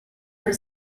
her